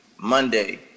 Monday